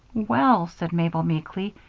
well, said mabel, meekly,